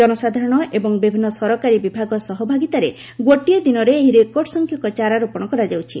ଜନସାଧାରଣ ଏବଂ ବିଭିନ୍ନ ସରକାରୀ ବିଭାଗ ସହଭାଗିତାରେ ଗୋଟିଏ ଦିନରେ ଏହି ରେକର୍ଡ ସଂଖ୍ୟକ ଚାରା ରୋପଣ କରାଯାଉଛି